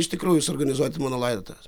iš tikrųjų suorganizuoti mano laidotuves